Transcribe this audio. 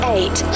Eight